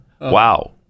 Wow